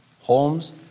homes